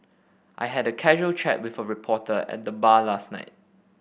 I had a casual chat with a reporter at the bar last night